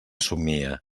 somia